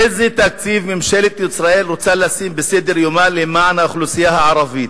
איזה תקציב ממשלת ישראל רוצה לשים בסדר-יומה למען האוכלוסייה הערבית?